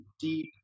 deep